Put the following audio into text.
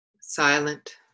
Silent